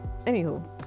Anywho